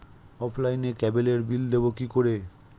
অফলাইনে ক্যাবলের বিল দেবো কি করে?